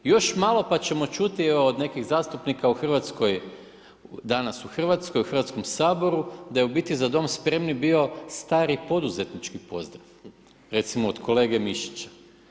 Još malo pa ćemo čuti od nekih zastupnika u Hrvatskoj, danas u Hrvatskoj, u Hrvatskom saboru da je u biti „Za Dom spremni“ bio stati poduzetnički pozdrav, recimo od kolege Mišića.